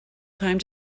time